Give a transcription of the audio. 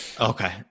Okay